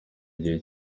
igihe